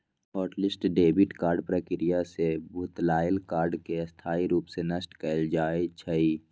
hot list debit card प्रक्रिया से भुतलायल कार्ड के स्थाई रूप से नष्ट कएल जाइ छइ